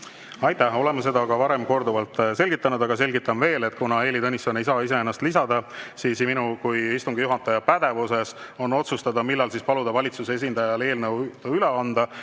Aitäh! Oleme seda ka varem korduvalt selgitanud, aga selgitan veel. Kuna Heili Tõnisson ei saa ise ennast [järjekorda] lisada, siis minu kui istungi juhataja pädevuses on otsustada, millal paluda valitsuse esindajal eelnõud üle anda.